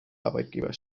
arbeitgeber